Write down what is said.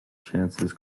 chances